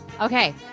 Okay